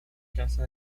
casa